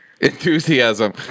enthusiasm